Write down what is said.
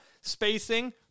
spacing